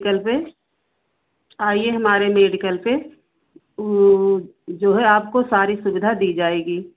कल से आइए हमारे मेडिकल पर जो है आपको सारी सुविधा दी जाएगी